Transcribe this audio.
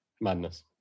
Madness